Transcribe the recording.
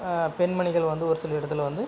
பெண்மணிகள் வந்து ஒரு சில இடத்தில் வந்து